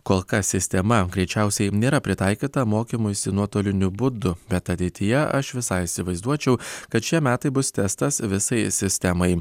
kol kas sistema greičiausiai nėra pritaikyta mokymuisi nuotoliniu būdu bet ateityje aš visai įsivaizduočiau kad šie metai bus testas visai sistemai